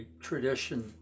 tradition